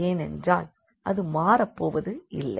ஏனென்றால் அது மாறப் போவதில்லை